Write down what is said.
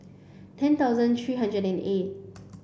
ten thousand three hundred and eight